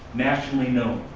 nationally known.